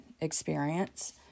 experience